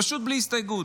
פשוט בלי הסתייגות.